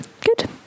Good